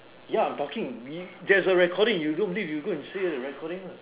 ya I'm talking we there's a recording you don't believe you go and see the recording lah